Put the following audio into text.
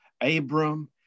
Abram